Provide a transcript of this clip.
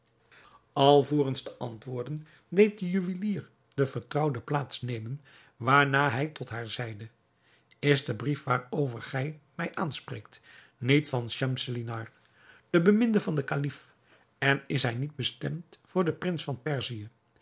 alvorens te antwoorden deed de juwelier de vertrouwde plaats nemen waarna hij tot haar zeide is de brief waarover gij mij aanspreekt niet van schemselnihar de beminde van den kalif en is hij niet bestemd voor den prins van perzië